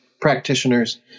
practitioners